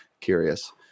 curious